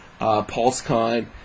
PulseCon